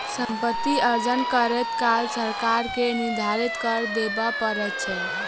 सम्पति अर्जन करैत काल सरकार के निर्धारित कर देबअ पड़ैत छै